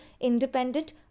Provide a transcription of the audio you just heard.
independent